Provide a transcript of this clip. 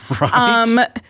Right